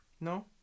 No